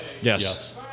Yes